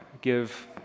give